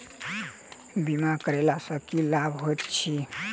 बीमा करैला सअ की लाभ होइत छी?